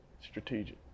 strategic